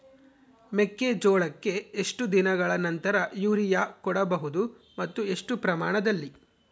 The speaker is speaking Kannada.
ಮೆಕ್ಕೆಜೋಳಕ್ಕೆ ಎಷ್ಟು ದಿನಗಳ ನಂತರ ಯೂರಿಯಾ ಕೊಡಬಹುದು ಮತ್ತು ಎಷ್ಟು ಪ್ರಮಾಣದಲ್ಲಿ?